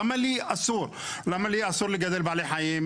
למה לי אסור לגדל בעלי חיים?